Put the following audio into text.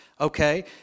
Okay